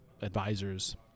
advisors